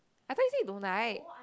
I thought you said you don't like